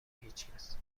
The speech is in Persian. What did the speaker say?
هیچکس